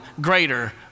greater